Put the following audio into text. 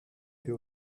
peut